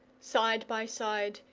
side by side,